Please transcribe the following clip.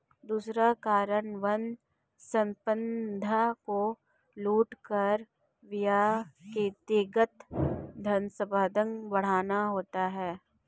दूसरा कारण वन संपदा को लूट कर व्यक्तिगत धनसंपदा बढ़ाना है